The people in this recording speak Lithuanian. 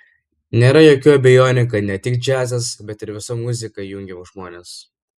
nėra jokių abejonių kad ne tik džiazas bet ir visa muzika jungia žmonės